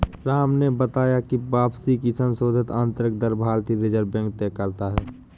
राम ने बताया की वापसी की संशोधित आंतरिक दर भारतीय रिजर्व बैंक तय करता है